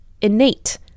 innate